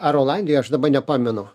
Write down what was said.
ar olandijoj aš daba nepamenu